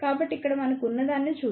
కాబట్టి ఇక్కడ మనకు ఉన్నదాన్ని చూద్దాం